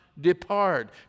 depart